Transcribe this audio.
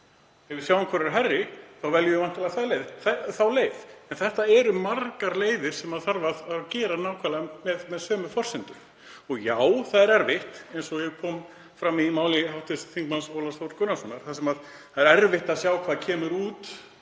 Ef við sjáum hvor er hærri veljum við væntanlega þá leið. En það eru margar leiðir sem þarf að meta nákvæmlega með sömu forsendum. Og já, það er erfitt, eins og kom fram í máli hv. þm. Ólafs Þórs Gunnarssonar, það er erfitt að sjá hvað kemur út